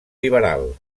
liberal